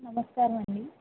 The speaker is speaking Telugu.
నమస్కారమండీ